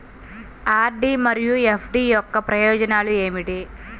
RD మరియు FD యొక్క ప్రయోజనాలు ఏమిటి?